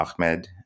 Ahmed